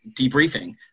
debriefing